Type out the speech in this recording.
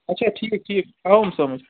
اَچھا ٹھیٖک ٹھیٖک آوُم سمٕجھ